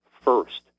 first